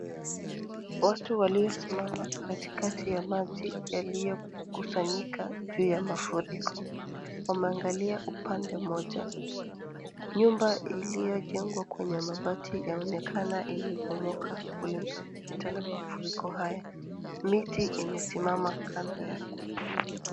Watu waliosimama katikati ya maji yaliyokusanyika juu ya mafuriko wanaangalia upande. Nyumba iliyojengwa kwenye mabati yanaonekana imebomoka kutokana na madmfuriko haya. Miti imesimama kando yake.